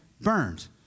burned